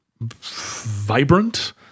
vibrant